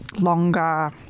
longer